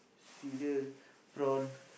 cereal prawn